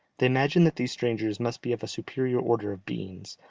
they imagined that these strangers must be of a superior order of beings,